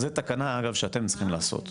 זה תקנה, אגב, שאתם צריכים לעשות,